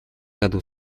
году